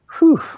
Whew